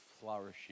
flourishing